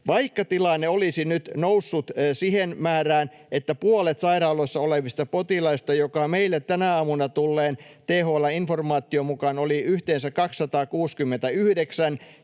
vaikka tilanne olisi nyt noussut siihen määrään, että puolet sairaaloissa olevista potilaista, joita meille tänä aamuna tulleen THL:n informaation mukaan on yhteensä 269